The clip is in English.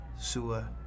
sewer